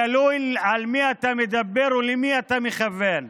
תלוי על מי אתה מדבר ולמי אתה מכוון.